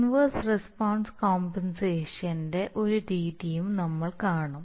inverse response കോമ്പൻസേഷന്റെ ഒരു രീതിയും നമ്മൾ കാണും